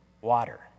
water